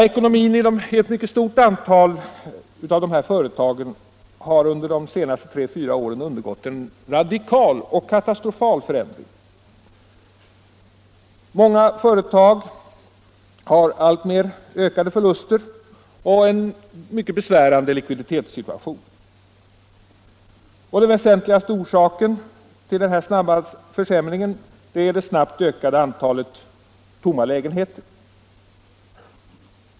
Ekonomin i ett mycket stort antal av dessa företag har under de senaste tre fyra åren undergått en radikal och katastrofal förändring. Många företag har alltmer ökade förluster och en mycket besvärande likviditetssituation. Den väsentligaste orsaken till den snabba försämringen är det starkt ökade antalet tomma lägenheter.